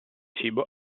cibo